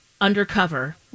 undercover